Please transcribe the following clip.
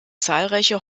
zahlreiche